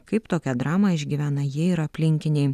kaip tokią dramą išgyvena ji ir aplinkiniai